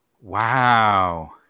Wow